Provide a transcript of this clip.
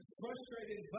frustrated